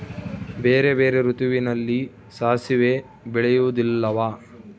ಬೇರೆ ಬೇರೆ ಋತುವಿನಲ್ಲಿ ಸಾಸಿವೆ ಬೆಳೆಯುವುದಿಲ್ಲವಾ?